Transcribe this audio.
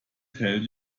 tell